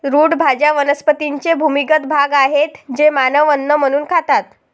route भाज्या वनस्पतींचे भूमिगत भाग आहेत जे मानव अन्न म्हणून खातात